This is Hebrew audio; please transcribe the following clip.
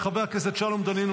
של חברי הכנסת שלום דנינו,